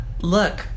look